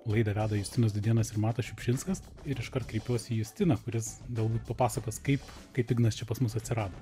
laidą veda justinas dudėnas ir matas šiupšinskas ir iškart kreipiuosi į justiną kuris galbūt papasakos kaip kaip ignas čia pas mus atsirado